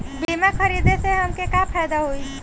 बीमा खरीदे से हमके का फायदा होई?